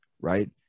right